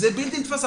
זה בלתי נתפס,